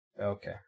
Okay